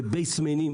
במרתפים,